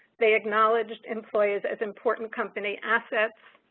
they acknowledge employees as important company assets,